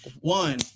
One